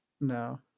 No